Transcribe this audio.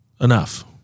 enough